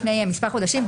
לפני מספר חודשים,